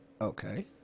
okay